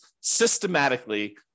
systematically